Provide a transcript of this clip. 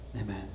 amen